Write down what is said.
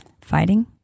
fighting